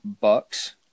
Bucks